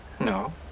No